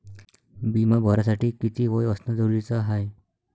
बिमा भरासाठी किती वय असनं जरुरीच हाय?